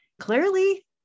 Clearly